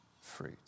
fruit